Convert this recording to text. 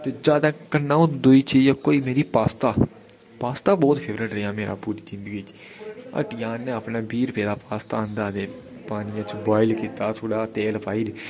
ते जादै कन्नै ओह् दूई चीज़ कोई मेरी पास्ता पास्ता पास्ता बहुत फेवरेट रेहा मेरा पूरी जिंदगी च हट्टिया आह्नेआ अपने बीह् रपेऽ दा पास्ता आंदा ते पानियै च बॉईल कीता थोह्ड़ा तेल पाई